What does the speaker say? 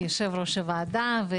על תפקידך כיושב-ראש הוועדה.